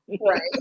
Right